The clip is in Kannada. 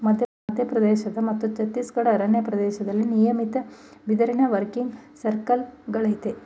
ಮಧ್ಯಪ್ರದೇಶ ಮತ್ತು ಛತ್ತೀಸ್ಗಢದ ಅರಣ್ಯ ಪ್ರದೇಶ್ದಲ್ಲಿ ನಿಯಮಿತ ಬಿದಿರಿನ ವರ್ಕಿಂಗ್ ಸರ್ಕಲ್ಗಳಯ್ತೆ